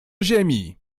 ziemi